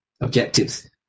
objectives